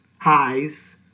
highs